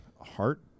heart